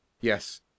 Yes